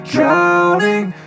Drowning